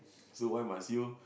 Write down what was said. so why must you